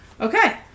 Okay